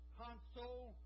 console